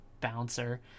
bouncer